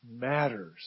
matters